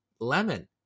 Lemon